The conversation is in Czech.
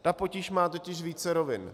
Ta potíž má totiž více rovin.